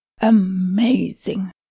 amazing